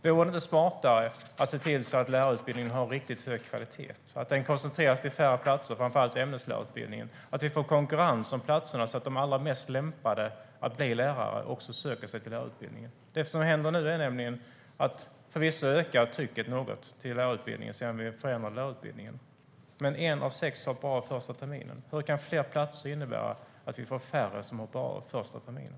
Vore det inte smartare att se till att lärarutbildningen har en riktigt hög kvalitet och koncentreras till färre platser? Det gäller framför allt ämneslärarutbildningen. Vi måste få konkurrens om platserna så att de allra mest lämpade att bli lärare också söker sig till lärarutbildningen. Det som händer nu är förvisso att trycket till lärarutbildningen ökar något sedan vi förändrade lärarutbildningen. Men en av sex hoppar av första terminen. Hur kan fler platser innebära att vi får färre som hoppar av första terminen?